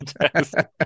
fantastic